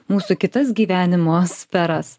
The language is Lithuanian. mūsų kitas gyvenimo sferas